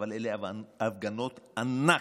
אבל אלה הפגנות ענק,